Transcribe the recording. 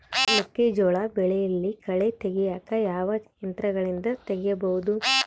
ಮೆಕ್ಕೆಜೋಳ ಬೆಳೆಯಲ್ಲಿ ಕಳೆ ತೆಗಿಯಾಕ ಯಾವ ಯಂತ್ರಗಳಿಂದ ತೆಗಿಬಹುದು?